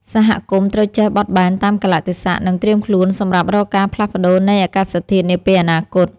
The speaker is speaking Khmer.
សហគមន៍ត្រូវចេះបត់បែនតាមកាលៈទេសៈ និងត្រៀមខ្លួនសម្រាប់រាល់ការផ្លាស់ប្តូរនៃអាកាសធាតុនាពេលអនាគត។